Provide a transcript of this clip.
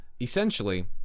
essentially